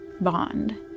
bond